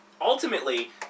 ultimately